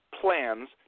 plans